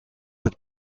het